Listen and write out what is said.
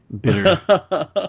bitter